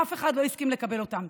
אף אחד לא הסכים לקבל אותם.